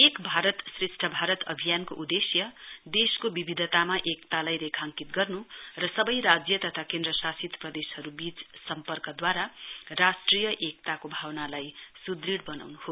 एक भारत श्रेष्ठ भारत अभियानको उदेश्य देशको विविधतामा एकतालाई रेखाङिकत गर्नु र सबै राज्य तथा केन्द्र शासित प्रदेशहरूबीच सम्पर्कद्वारा राष्ट्रिय एकताको भावनालाई सुदृढ़ बनाउनु हो